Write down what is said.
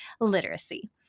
literacy